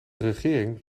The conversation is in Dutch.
regering